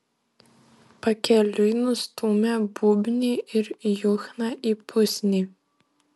pakeliui nustūmė būbnį ir juchną į pusnį